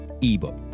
ebook